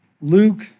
Luke